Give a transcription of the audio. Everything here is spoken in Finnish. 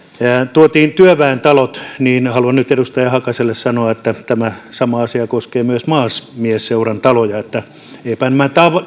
tuotiin esille työväentalot niin haluan nyt edustaja hakaselle sanoa että tämä sama asia koskee myös maamiesseurantaloja eivätpä nämä